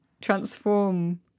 transform